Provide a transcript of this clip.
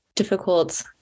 difficult